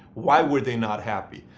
why were they not happy?